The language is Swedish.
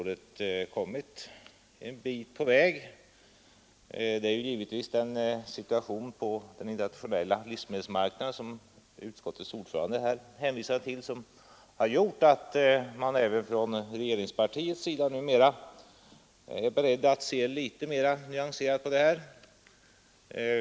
Den situation på den internationella livsmedelsmarknaden som utskottets ordförande hänvisade till har gjort att man även från regeringspartiets sida numera är beredd att se litet mera nyanserat på dessa frågor.